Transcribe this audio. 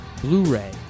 Blu-ray